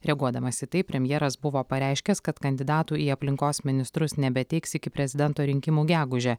reaguodamas į tai premjeras buvo pareiškęs kad kandidatų į aplinkos ministrus nebeteiks iki prezidento rinkimų gegužę